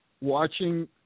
watching